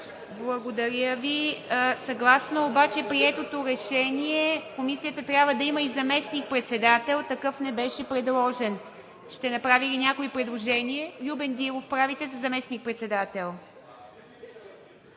Благодаря Ви. Съгласно обаче приетото решение Комисията трябва да има и заместник-председател. Такъв не беше предложен. Ще направи ли някой предложение? Любен Дилов правите – за заместник-председател.